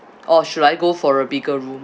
or should I go for a bigger room